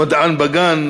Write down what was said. "מדען בגן",